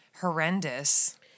horrendous